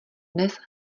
dnes